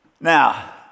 now